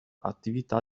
attività